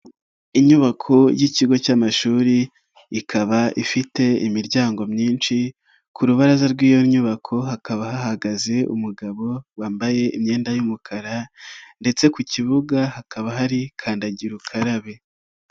Inyubako y'ikigo cy'amashuri ikaba ifite imiryango myinshi, ku rubaraza rw'iyo nyubako hakaba hahagaze umugabo wambaye imyenda y'umukara ndetse ku kibuga hakaba hari kandagira ukarabe.